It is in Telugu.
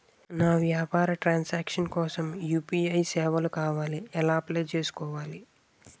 నా వ్యాపార ట్రన్ సాంక్షన్ కోసం యు.పి.ఐ సేవలు కావాలి ఎలా అప్లయ్ చేసుకోవాలి?